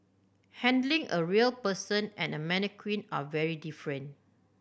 handling a real person and a mannequin are very different